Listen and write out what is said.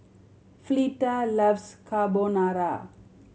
Fleta loves Carbonara